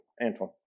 Anton